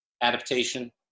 adaptation